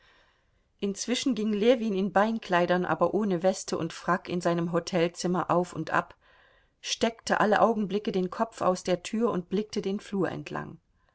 inzwischen ging ljewin in beinkleidern aber ohne weste und frack in seinem hotelzimmer auf und ab steckte alle augenblicke den kopf aus der tür und blickte den flur entlang